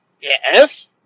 Yes